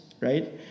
right